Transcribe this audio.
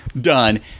done